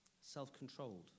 Self-controlled